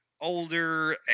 older